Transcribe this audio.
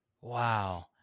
Wow